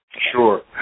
Sure